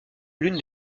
l’une